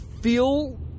feel